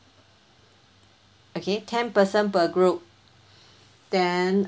okay ten person per group then